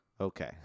Okay